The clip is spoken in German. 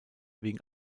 wegen